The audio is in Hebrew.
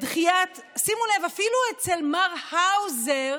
שימו לב, אפילו אצל מר האוזר,